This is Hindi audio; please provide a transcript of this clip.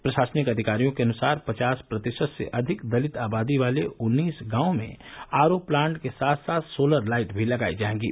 प्रशासनिक अधिकारियों के अनुसार पचास प्रतिशत से अधिक दलित आबादी वाले उन्नीस गाँवों में आरओ प्लांट के साथ साथ सोलर लाइट भी लगायी जाएंगी